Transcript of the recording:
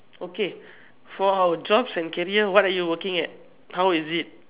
okay for our jobs and career what are you working at how is it